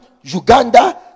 uganda